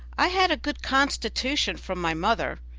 i had a good constitution from my mother,